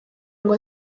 ngo